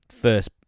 first